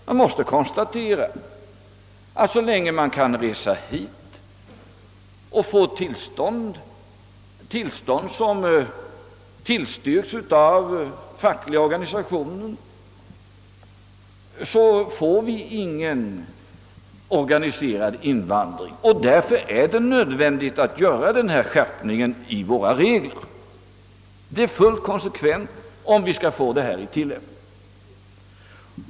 Man måste konstatera att så länge man kan resa hit och få tillstånd som tillstyrks av fackliga organisationer får vi ingen organiserad invandring. Därför är det nödvändigt att vidta en skärpning av våra regler. Det är fullt konsekvent, om vi skall få de nya reglerna i tillämpning.